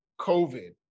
COVID